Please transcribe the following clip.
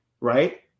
right